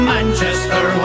Manchester